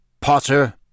Potter